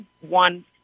one